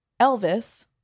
Elvis